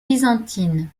byzantine